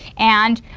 and